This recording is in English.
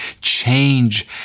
change